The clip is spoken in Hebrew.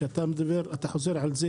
אתה חוזר על זה,